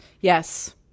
Yes